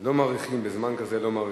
לא מאריכים, בזמן כזה לא מאריכים.